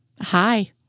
Hi